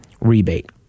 rebate